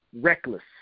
reckless